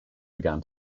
began